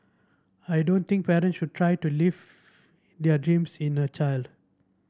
I don't think parents should try to live their dreams in a child